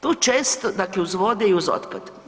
Tu često, dakle uz vode i uz otpad.